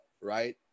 right